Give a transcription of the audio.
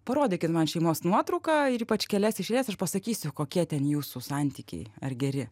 parodykit man šeimos nuotrauką ir ypač kelias iš eilės aš pasakysiu kokie ten jūsų santykiai ar geri